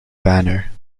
banner